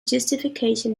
justification